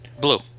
Blue